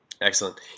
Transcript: Excellent